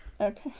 Okay